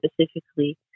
specifically